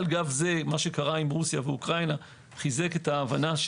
על גב זה מה שקרה עם רוסיה ואוקראינה חיזק את ההבנה,